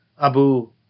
Abu